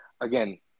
Again